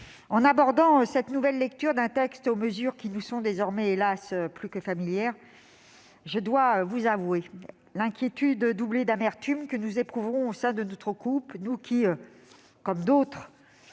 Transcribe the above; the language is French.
en abordant l'examen en nouvelle lecture d'un texte dont les mesures nous sont désormais, hélas, plus que familières, je dois vous faire part de l'inquiétude doublée d'amertume que nous ressentons au sein de notre groupe, nous qui, comme d'autres,